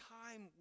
time